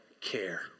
care